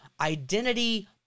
identity